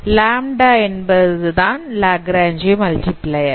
lambda தான் Lagrange multiplier